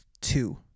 two